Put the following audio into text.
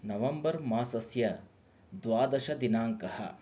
नवंबर् मासस्य द्वादशदिनाङ्कः